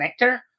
connector